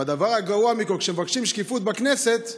והדבר הגרוע מכול, כשמבקשים שקיפות בכנסת,